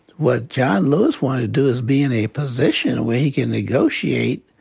what john lewis wanted to do is be in a position where he can negotiate